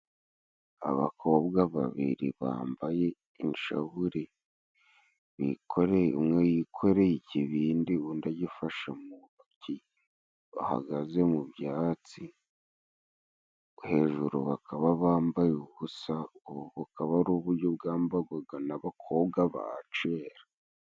Abakobwa babiri bambaye inshabure, umwe yikoreye ikibindi, undi agifashe mu ntoki, bahagaze mu byatsi, hejuru bakaba bambaye ubusa, bukaba ari uburyo bwambagwaga n'abakobwa ba cera.